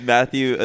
Matthew